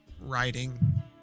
writing